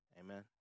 Amen